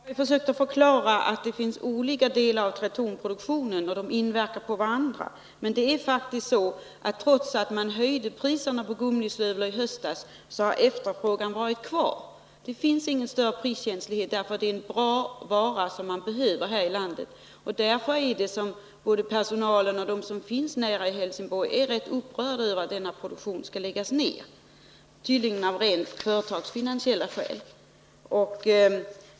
Herr talman! Jag har försökt att förklara att det finns olika produktionsdelar inom Tretorn och att de inverkar på varandra. Men trots att man höjde priserna på gummistövlar i höstas, har efterfrågan kvarstått. Det finns ingen större priskänslighet, eftersom det är en bra vara som behövs här i landet. Därför är personalen och andra i Helsingborgsområdet rätt upprörda över att denna produktion skall läggas ned, tydligen av rent företagsfinansiella skäl.